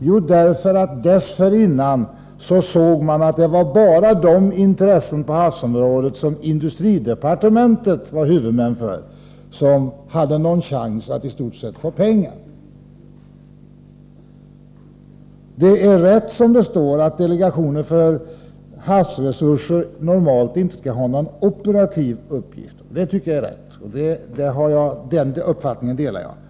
Jo, därför att man dessförinnan såg att det i stort sett bara var de intressen på havsområdet som industridepartementet var huvudman för som hade någon chans att få pengar. Det är rätt som det står att delegationen för samordning av havsresursverksamheten normalt inte skall ha någon operativ uppgift — den uppfattningen delar jag.